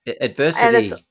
Adversity